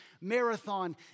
marathon